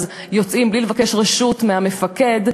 אז יוצאים בלי לבקש רשות מהמפקד,